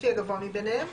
-- לפי הגבוה מביניהם,